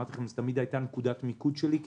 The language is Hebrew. זאת תמיד הייתה נקודת המיקוד שלי כי